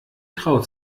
traut